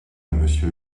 monsieur